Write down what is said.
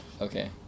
Okay